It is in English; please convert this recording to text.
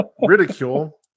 ridicule